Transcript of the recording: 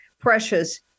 precious